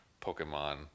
Pokemon